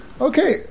okay